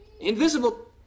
invisible